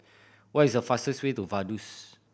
what is the fastest way to Vaduz